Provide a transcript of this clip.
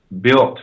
built